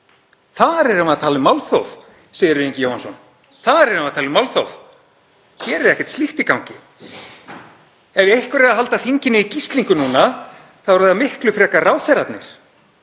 Þar erum við að tala um málþóf, Sigurður Ingi Jóhannsson. Þar erum við að tala um málþóf. Hér er ekkert slíkt í gangi. Ef einhverjir eru að halda þinginu í gíslingu núna þá eru það miklu frekar ráðherrarnir.